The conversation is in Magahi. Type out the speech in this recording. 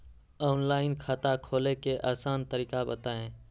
ऑनलाइन खाता खोले के आसान तरीका बताए?